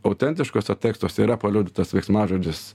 autentiškuose tekstuose yra paliudytas veiksmažodis